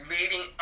leading